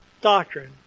doctrine